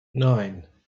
nine